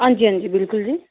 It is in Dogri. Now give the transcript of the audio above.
हां जी हां जी बिलकुल जी